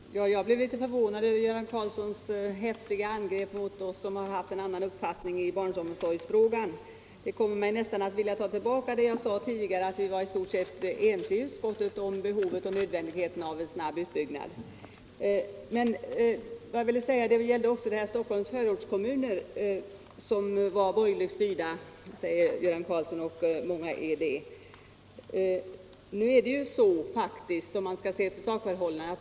Herr talman! Jag blev litet förvånad över Göran Karlssons i Huskvarna häftiga angrepp mot oss som har haft en annan uppfattning än han i barnomsorgsfrågan. Det kommer mig nästan att ta tillbaka det jag sade tidigare: att vi var i stort sett ense i utskottet om behovet och nödvändigheten av en snabb utbyggnad. Jag vill också bemöta det som Göran Karlsson sade om Stockholms förortskommuner.